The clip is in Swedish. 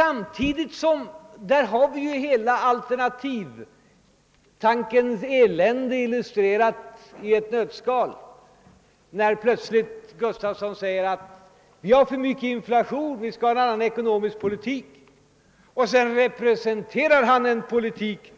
Vi har hela alternativtankens elände i ett nötskal när herr Gustafson i Göteborg säger att vi har för stark inflation, vi skall föra en annan ekonomisk politik — och sedan plötsligt presenterar en politik